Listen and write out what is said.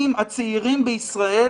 עם הצעירים בישראל,